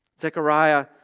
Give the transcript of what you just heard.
Zechariah